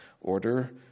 order